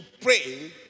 pray